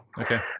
Okay